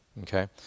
Okay